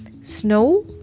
snow